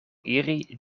iri